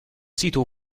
sito